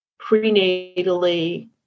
prenatally